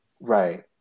Right